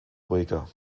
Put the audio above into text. ruhiger